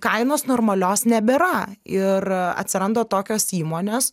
kainos normalios nebėra ir atsiranda tokios įmonės